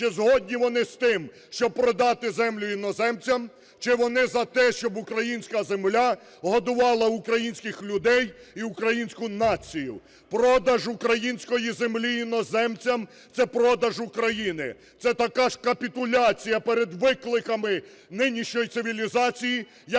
чи згодні вони з тим, щоб продати землю іноземцям, чи вони за те, щоб українська земля годувала українських людей і українську націю. Продаж української землі іноземцям – це продаж України. Це така ж капітуляція перед викликами нинішньої цивілізації, як і